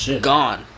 Gone